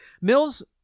Mills